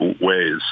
ways